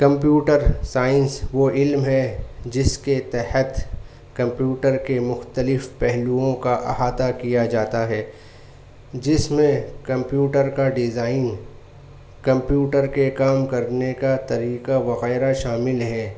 computer science وہ علم ہے جس کے تحت کمپیوٹر کے مختلف پہلوؤں کا احاطہ کیا جاتا ہے جس میں کمپیوٹر کا ڈیزائن کمپیوٹر کے کام کرنے کا طریقہ وغیرہ شامل ہے